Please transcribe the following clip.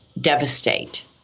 devastate